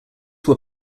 were